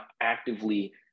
actively